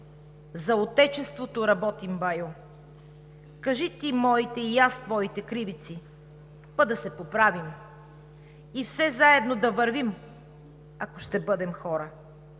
„За Отечеството работим, байо. Кажи ти моите и аз твоите кривици, па да се поправим. И все заедно да вървим, ако ще бъдем хора.“